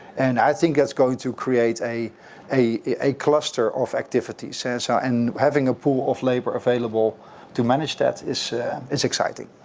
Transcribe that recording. and i think that's going to create a a cluster of activities. and so and having a pool of labor available to manage that is is exciting.